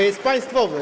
Jest państwowy.